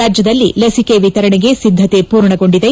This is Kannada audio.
ರಾಜ್ಯದಲ್ಲಿ ಲಸಿಕೆ ವಿತರಣೆಗೆ ಸಿದ್ದತೆ ಪೂರ್ಣಗೊಂಡಿದೆ